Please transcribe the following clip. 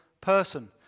person